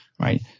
right